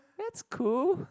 that's cool